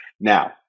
Now